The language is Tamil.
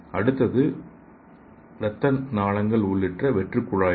அடுத்தது இரத்த நாளங்கள் உள்ளிட்ட வெற்று குழாய்கள்